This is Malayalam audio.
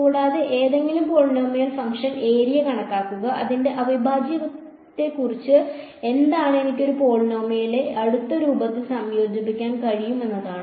കൂടാതെ ഏതെങ്കിലും പോളിനോമിയൽ ഫംഗ്ഷൻ ഏരിയ കണക്കാക്കുക അതിന്റെ അവിഭാജ്യത്തെക്കുറിച്ച് എന്താണ് എനിക്ക് ഒരു പോളിനോമിയലിനെ അടുത്ത രൂപത്തിൽ സംയോജിപ്പിക്കാൻ കഴിയും എന്നതാണ്